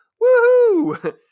Woo-hoo